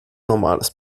normales